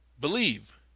Believe